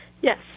Yes